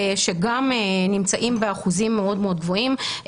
שגם נמצאים באחוזים מאוד גבוהים,